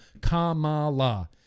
Kamala